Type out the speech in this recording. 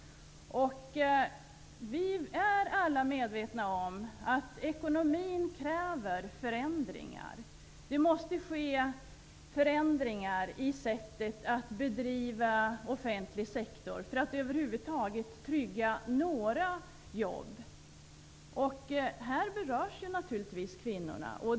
Vi är alla medvetna om att ekonomin kräver förändringar. Det måste ske förändringar i sättet att bedriva offentlig sektor för att över huvud taget några jobb skall tryggas. Här berörs naturligtvis kvinnorna.